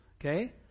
okay